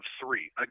three